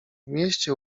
mieście